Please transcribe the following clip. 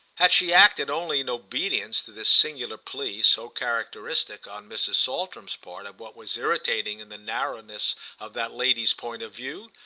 had she acted only in obedience to this singular plea, so characteristic, on mrs. saltram's part, of what was irritating in the narrowness of that lady's point of view?